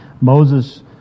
Moses